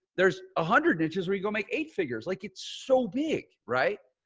there's a hundred niches where you go make eight figures. like it's so big. right?